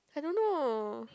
I don't know